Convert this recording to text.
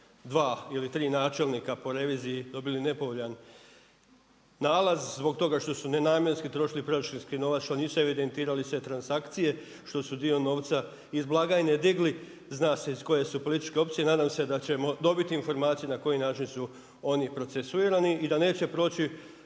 dva ili tri načelnika po revizije dobili nepovoljan nalaz zbog toga što su nenamjenski trošili proračunski novac što su nisu evidentirali sve transakcije, što su dio novca iz blagajne digli, zna se iz koje su političke opcije, nadam se da ćemo dobiti informaciju na koji način su oni procesuirani i da neće proći